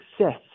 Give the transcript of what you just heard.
success